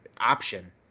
option